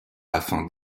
afin